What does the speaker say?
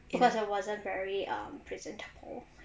because it wasn't very um presentable